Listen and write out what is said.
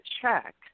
check